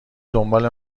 دنبال